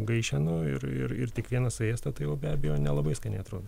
gaišenų ir ir tik vieną suėstą tai jau be abejo nelabai skaniai atrodo